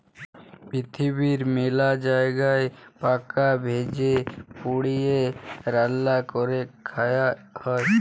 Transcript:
পিরথিবীর মেলা জায়গায় পকা ভেজে, পুড়িয়ে, রাল্যা ক্যরে খায়া হ্যয়ে